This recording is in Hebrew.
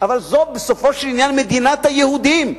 אבל זו בסופו של עניין מדינת היהודים.